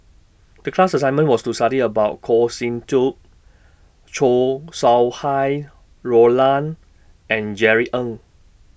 The class assignment was to study about Goh Sin Tub Chow Sau Hai Roland and Jerry Ng